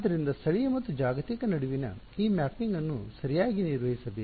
ಆದ್ದರಿಂದ ಸ್ಥಳೀಯ ಮತ್ತು ಜಾಗತಿಕ ನಡುವಿನ ಈ ಮ್ಯಾಪಿಂಗ್ ಅನ್ನು ಸರಿಯಾಗಿ ನಿರ್ವಹಿಸಬೇಕು